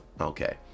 okay